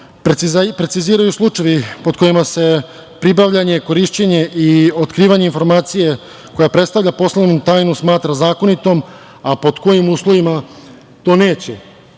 preciziraju slučajevi pod kojima se pribavljanje, korišćenje i otkrivanje informacije koja predstavlja poslovnu tajnu smatra zakonitom, a pod kojim uslovima to neće